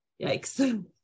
Yikes